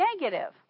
negative